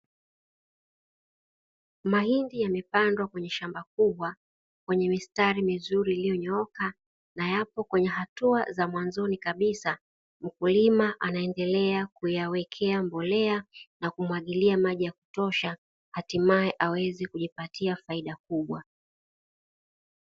Mahindi yamepandwa kwenye shamba kubwa kwenye mistari mizuri iliyonyooka na yapo kwenye hatua za mwanzoni kabisa, mkulima anaendelea kuyawekea mbolea na kumwagilia maji ya kutosha, hatimae aweze kujipatia faida kubwa.